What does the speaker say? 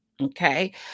okay